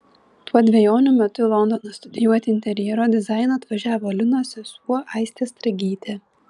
tuo dvejonių metu į londoną studijuoti interjero dizaino atvažiavo linos sesuo aistė stragytė